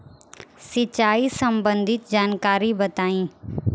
सिंचाई संबंधित जानकारी बताई?